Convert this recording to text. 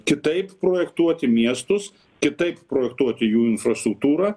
kitaip projektuoti miestus kitaip projektuoti jų infrastruktūrą